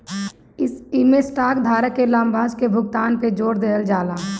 इमें स्टॉक धारक के लाभांश के भुगतान पे जोर देहल जाला